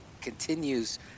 continues